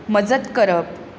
मजत करप